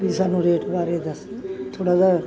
please ਸਾਨੂੰ rate ਬਾਰੇ ਦੱਸ ਥੋੜ੍ਹਾ ਜਿਹਾ